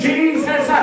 Jesus